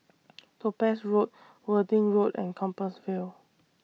Topaz Road Worthing Road and Compassvale